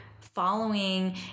following